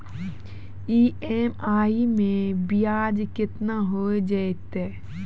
EMI मैं ब्याज केतना हो जयतै?